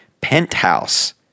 penthouse